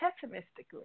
pessimistically